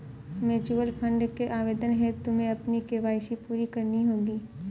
mutual fund के आवेदन हेतु तुम्हें अपनी के.वाई.सी पूरी करनी होगी